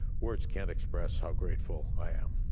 words can't express how grateful i am.